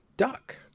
duck